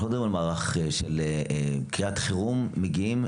אנחנו לא מדברים על מערך של קריאת חירום שמגיעה,